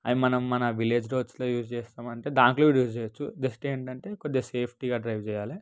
అవి మనం మన విలేజ్ రోడ్స్లో యూజ్ చేస్తాం అంటే దాంట్లో కూడా యూజ్ చేయొచ్చు జస్ట్ ఏంటంటే కొద్దిగా సేఫ్టీగా డ్రైవ్ చేయాలి